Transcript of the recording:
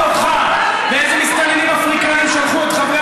איזה מסתננים אפריקנים שלחו אותך ואיזה